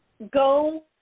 Go